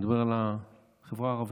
אני אדבר על החברה הערבית.